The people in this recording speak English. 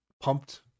pumped